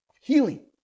healing